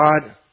God